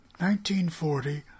1940